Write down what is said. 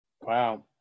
Wow